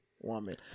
woman